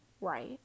right